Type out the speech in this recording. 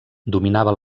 dominava